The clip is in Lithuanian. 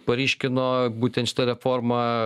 paryškino būtent šita reforma